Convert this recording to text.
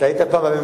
אתה היית בממשלה,